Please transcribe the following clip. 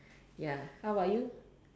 ya how about you